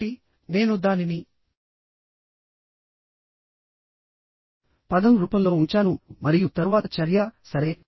కాబట్టినేను దానిని పదం రూపంలో ఉంచాను మరియు తరువాత చర్యసరే